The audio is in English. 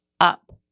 up